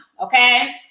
Okay